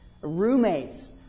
Roommates